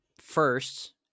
first